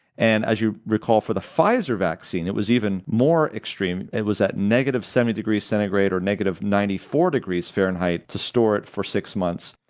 and as you recall from the pfizer vaccine, it was even more extreme. it was at negative seventy degrees centrigrade or negative ninety four degrees fahrenheit to store it for six months.